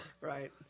Right